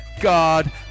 God